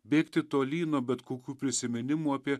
bėgti tolyn nuo bet kokių prisiminimų apie